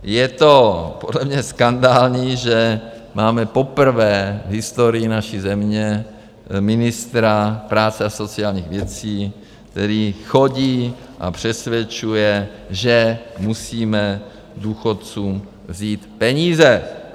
Je to podle mě skandální, že máme poprvé v historii naší země ministra práce a sociálních věcí, který chodí a přesvědčuje, že musíme důchodcům vzít peníze.